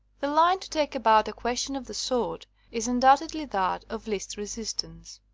the line to take about a question of the sort is undoubtedly that of least resistance.